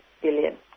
billion